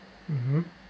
mmhmm